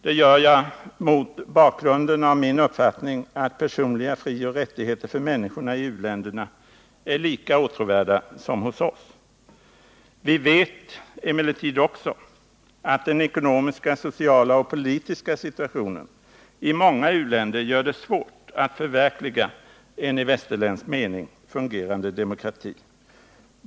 Det gör jag mot bakgrunden av min uppfattning att personliga frioch rättigheter för människorna i u-länderna är lika åtråvärda som hos oss. Vi vet emellertid också att den ekonomiska, sociala och politiska situationen i många u-länder gör det svårt att förverkliga en i västerländsk mening fungerande demokrati.